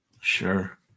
Sure